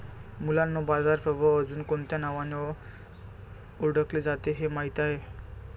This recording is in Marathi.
मुलांनो बाजार प्रभाव अजुन कोणत्या नावाने ओढकले जाते हे माहित आहे?